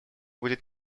будет